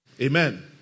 Amen